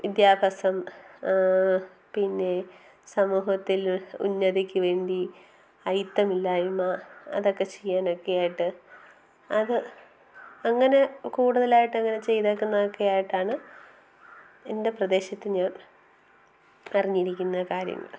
വിദ്യാഭ്യാസം പിന്നെ സമൂഹത്തിൽ ഉന്നതിക്ക് വേണ്ടി ഐത്തമില്ലായ്മ അതൊക്കെ ചെയ്യാനൊക്കെയായിട്ട് അത് അങ്ങനെ കൂടുതലായിട്ട് അങ്ങനെ ചെയ്തേക്കുന്നതൊക്കെ ആയിട്ടാണ് എന്റെ പ്രദേശത്ത് ഞാൻ അറിഞ്ഞിരിക്കുന്ന കാര്യങ്ങൾ